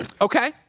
Okay